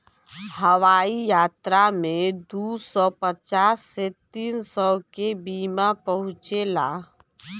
हवाई यात्रा में दू सौ पचास से तीन सौ के बीमा पूछेला